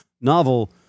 novel